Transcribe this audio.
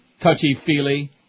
touchy-feely